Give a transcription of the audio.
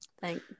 Thank